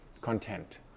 content